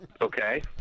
Okay